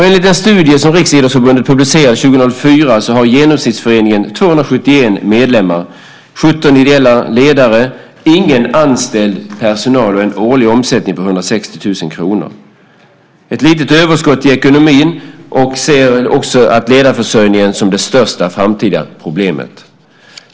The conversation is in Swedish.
Enligt en studie som Riksidrottsförbundet publicerade 2004 har genomsnittsföreningen 271 medlemmar, 17 ideella ledare, ingen anställd personal och en årlig omsättning på 160 000 kr. Den har ett litet överskott i ekonomin och ser ledarförsörjningen som det största framtidsproblemet.